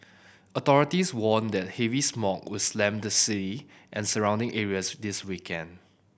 authorities warned that heavy smog would slam the city and surrounding areas this weekend